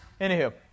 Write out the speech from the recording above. Anywho